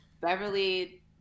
Beverly